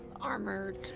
Armored